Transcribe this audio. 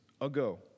ago